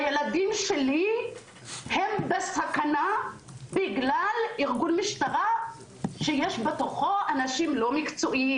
הילדים שלי הם בסכנה בגלל ארגון משטרה שיש בתוכו אנשים לא מקצועיים.